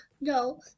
no